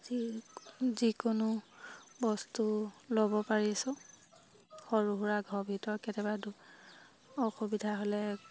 যি যিকোনো বস্তু ল'ব পাৰিছোঁ সৰু সুৰা ঘৰ ভিতৰত কেতিয়াবা অসুবিধা হ'লে